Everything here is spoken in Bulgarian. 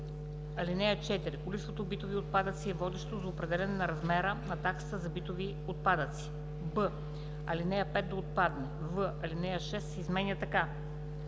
„(4) Количеството битови отпадъци е водещо за определяне на размера на таксата за битови отпадъци.“ б) Алинея 5 да отпадне. в) Алинея 6 се изменя така: